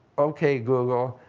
ok, google,